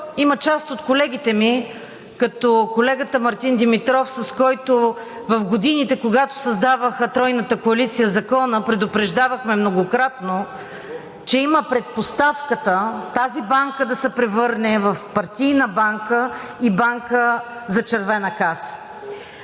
има част от колегите ми като колегата Мартин Димитров, с който в годините, когато Тройната коалиция създаваха закона, предупреждавахме многократно, че има предпоставката тази банка да се превърне в партийна банка и банка за червена каса.